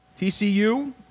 TCU